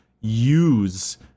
use